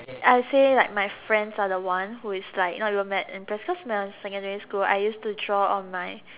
I say like my friends are the one who is like not even mad impressed cause when I'm secondary school I used to draw on my